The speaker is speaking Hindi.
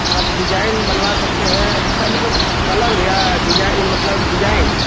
तो आप डिजाइन बनवा सकते हैं अच्छा मतलब कलर या डिजाइन मतलब डिजाइन